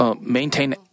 maintain